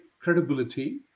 credibility